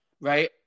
right